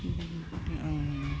आं